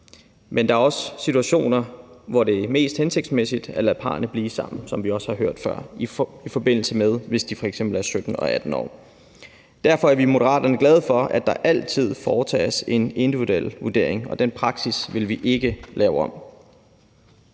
Men der er også situationer, hvor det er mest hensigtsmæssigt at lade parterne blive sammen, som vi også hørt før, f.eks. i tilfælde, hvor de f.eks. er 17 og 18 år. Derfor er vi i Moderaterne glade for, at der altid foretages en individuel vurdering, og den praksis vil vi ikke lave om.